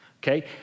Okay